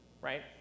right